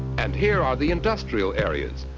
and here are the industrial areas,